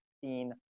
seen